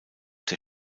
der